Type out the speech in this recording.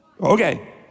Okay